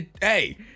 hey